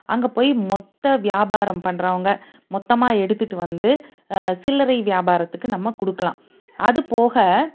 அங்கே போய் மொத்த வியாபாரம் பண்ணுறவங்க மொத்தமாக எடுத்துகிட்டு வந்து சில்லறை வியாபாரத்துக்கு நம்ம கொடுக்கலாம் அதுப்போக